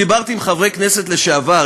דיברתי עם חברי כנסת לשעבר,